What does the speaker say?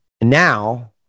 now